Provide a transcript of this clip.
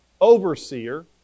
overseer